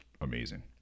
amazing